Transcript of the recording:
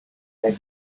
had